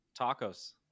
tacos